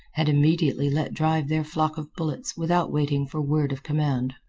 had immediately let drive their flock of bullets without waiting for word of command.